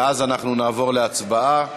ואז אנחנו נעבור להצבעה.